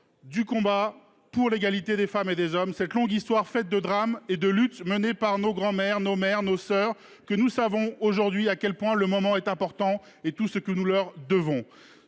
du combat pour l’égalité des femmes et des hommes, cette longue histoire faite de drames et de luttes menées par nos grands mères, nos mères, nos sœurs, que nous savons à quel point le moment est important et tout ce que nous leur devons.